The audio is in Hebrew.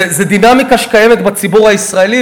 זו דינמיקה שקיימת בציבור הישראלי,